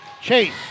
Chase